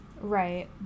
Right